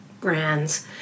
brands